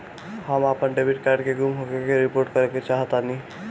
हम अपन debit card के गुम होने की रिपोर्ट करे चाहतानी